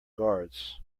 guards